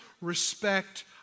respect